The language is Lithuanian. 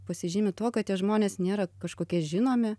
pasižymi tuo kad tie žmonės nėra kažkokie žinomi